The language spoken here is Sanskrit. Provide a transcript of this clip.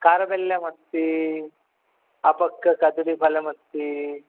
कारवेल्लमस्ति अपक्वकदलीफलमस्ति